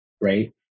right